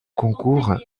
concours